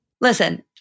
Listen